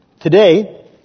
Today